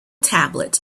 tablet